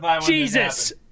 jesus